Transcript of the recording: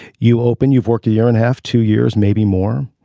you open you've worked a year and half two years maybe more.